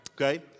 okay